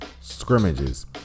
scrimmages